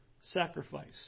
sacrifice